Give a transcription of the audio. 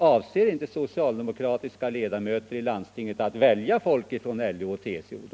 Avser då inte socialdemokratiska ledamöter i landstingen att välja folk från LO och TCO?